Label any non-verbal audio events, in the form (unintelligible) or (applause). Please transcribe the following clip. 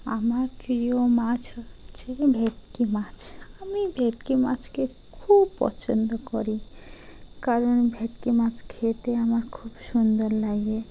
আমার প্রিয় মাছ হচ্ছে (unintelligible) ভেটকি মাছ আমি ভেটকি মাছকে খুব পছন্দ করি কারণ ভেটকি মাছ খেতে আমার খুব সুন্দর লাগে